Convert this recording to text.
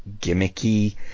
gimmicky